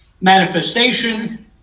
manifestation